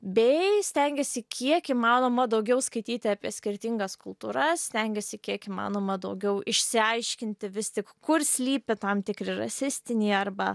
bei stengiasi kiek įmanoma daugiau skaityti apie skirtingas kultūras stengiasi kiek įmanoma daugiau išsiaiškinti vis tik kur slypi tam tikri rasistiniai arba